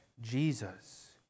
Jesus